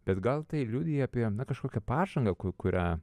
bet gal tai liudija apie kažkokią pažangą kurią